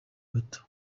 bato